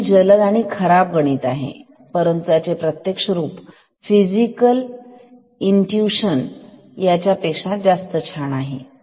तर हे जलद आणि खराब गणित आहे परंतु याचे प्रत्यक्ष रूप अर्थात फिजिकल इंट्युशन पेक्षा जास्त छान आहे